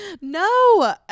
No